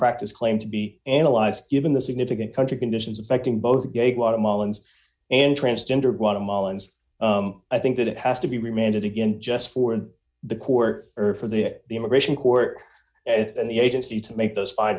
practice claim to be analyzed given the significant country conditions affecting both gay guatemalans and transgender guatemalans i think that it has to be remanded again just for the court early for the immigration court and the agency to make those